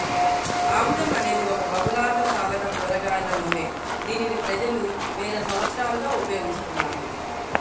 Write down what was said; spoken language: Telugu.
ఆముదం అనేది ఒక బహుళార్ధసాధక కూరగాయల నూనె, దీనిని ప్రజలు వేల సంవత్సరాలుగా ఉపయోగిస్తున్నారు